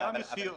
זה המחיר.